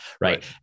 Right